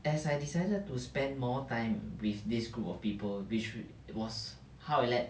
as I decided to spend more time with this group of people which was how it let